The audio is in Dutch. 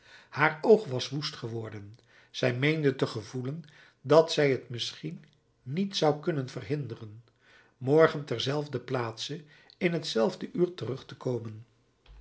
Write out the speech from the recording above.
haar oog was woest geworden zij meende te gevoelen dat zij t misschien niet zou kunnen verhinderen morgen terzelfder plaatse in hetzelfde uur terug te komen